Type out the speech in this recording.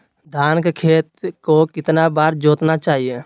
धान के खेत को कितना बार जोतना चाहिए?